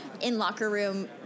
in-locker-room